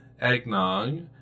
eggnog